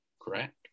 correct